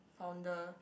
founder